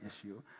issue